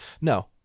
No